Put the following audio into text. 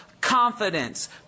confidence